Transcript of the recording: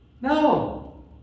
No